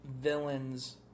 villains